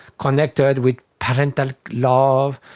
connected with parental love,